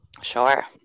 sure